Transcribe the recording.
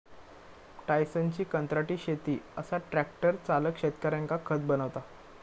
टायसनची कंत्राटी शेती असा ट्रॅक्टर चालक शेतकऱ्यांका खत बनवता